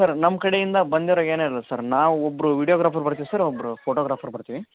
sir ನಮ್ಮ ಕಡೆ ಇಂದ ಬಂದಿರೊ ನಾವೊಬ್ಬರು ವಿಡಿಯೋಗ್ರಾಫರ್ ಬರ್ತೀವಿ ಸರ್ ಒಬ್ಬರು ಫೋಟೋಗ್ರಾಫರ್ ಬರ್ತೀವಿ